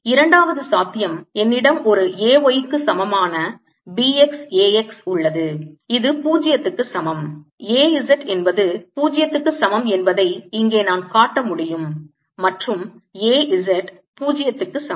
இரண்டாவது சாத்தியம் என்னிடம் ஒரு A y க்கு சமமான B x A x உள்ளது இது 0 க்கு சமம் A z என்பது 0 க்கு சமம் என்பதை இங்கே நான் காட்ட முடியும் மற்றும் A z 0 க்கு சமம்